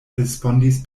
respondis